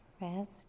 rest